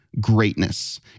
greatness